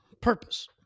purpose